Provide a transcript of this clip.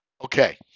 Okay